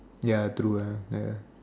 ya true lah ya